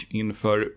inför